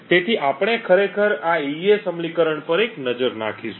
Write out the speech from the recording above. તેથી આપણે ખરેખર આ AES અમલીકરણ પર એક નજર નાખીશું